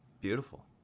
beautiful